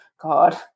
God